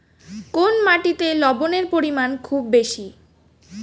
কোন মাটিতে লবণের পরিমাণ খুব বেশি?